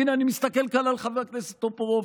הינה אני מסתכל כאן על חבר הכנסת טופורובסקי,